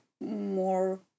more